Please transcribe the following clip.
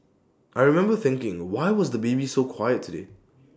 I remember thinking why was the baby so quiet today